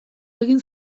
egin